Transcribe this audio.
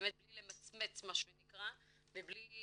באמת בלי למצמץ, מה שנקרא, מבלי